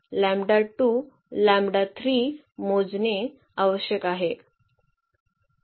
आणि नंतर मोजणे आवश्यक आहे